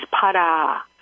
Para